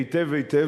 היטב היטב.